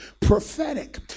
prophetic